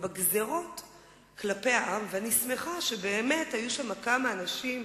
אני מדברת על היישובים הדרוזיים,